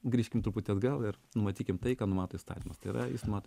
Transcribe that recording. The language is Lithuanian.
grįžkim truputį atgal ir numatykim tai ką numato įstatymas tai yra jis numato